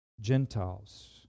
Gentiles